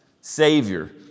Savior